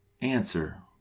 Answer